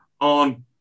on